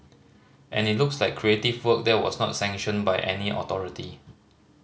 and it looks like creative work that was not sanctioned by any authority